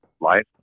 life